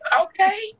Okay